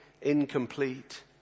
incomplete